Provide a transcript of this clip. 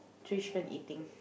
three chicken eating